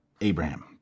Abraham